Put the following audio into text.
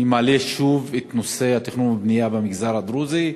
אני מעלה שוב את נושא התכנון והבנייה במגזר הדרוזי,